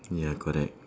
ya correct